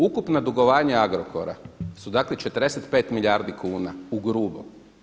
Ukupna dugovanja Agrokora su dakle 45 milijardi kuna u grubo.